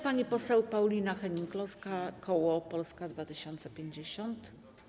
Pani poseł Paulina Hennig-Kloska, koło Polska 2050.